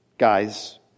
guys